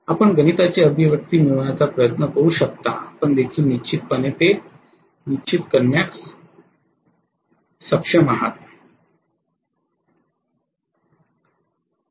आपण गणिताचे अभिव्यक्ती मिळविण्याचा प्रयत्न करू शकता आपण देखील निश्चितपणे हे निश्चित करण्यास सक्षम असाल